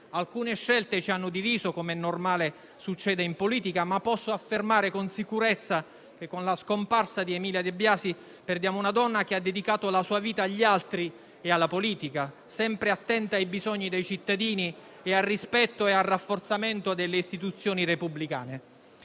Alcune scelte ci hanno diviso, come è normale e come succede in politica, ma posso affermare con sicurezza che, con la scomparsa di Emilia De Biasi, perdiamo una donna che ha dedicato la sua vita agli altri e alla politica, sempre attenta ai bisogni dei cittadini e al rispetto e al rafforzamento delle istituzioni repubblicane.